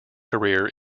career